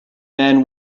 man